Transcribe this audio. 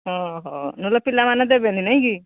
ହଁ ହୋ ନହଲେ ପିଲାମାନେ ଦେବେନି ନାଇଁ କି